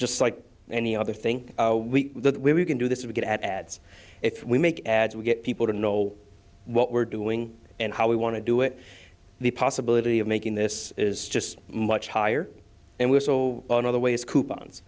just like any other thing we do where we can do this we get at ads if we make ads we get people to know what we're doing and how we want to do it the possibility of making this is just much higher and we're so on other ways coupons